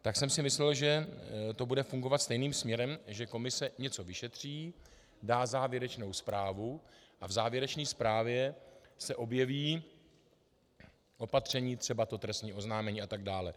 Tak jsem si myslel, že to bude fungovat stejným směrem, že komise něco vyšetří, dá závěrečnou zprávu a v závěrečné zprávě se objeví opatření, třeba to trestní oznámení atd.